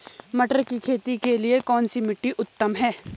मटर की खेती के लिए कौन सी मिट्टी उत्तम है?